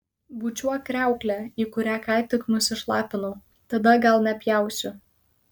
bučiuok kriauklę į kurią ką tik nusišlapinau tada gal nepjausiu